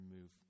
move